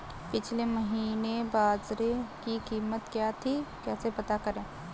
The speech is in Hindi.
पिछले महीने बाजरे की कीमत क्या थी कैसे पता करें?